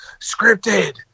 scripted